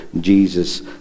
jesus